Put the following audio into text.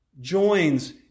joins